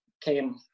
Came